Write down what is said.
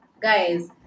guys